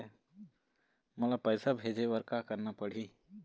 मोला पैसा भेजे बर का करना पड़ही?